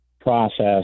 process